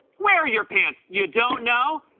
where are your pants? you don't know?